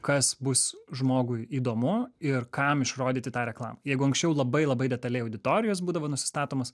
kas bus žmogui įdomu ir kam išrodyti tą reklamą jeigu anksčiau labai labai detaliai auditorijos būdavo nusistatomos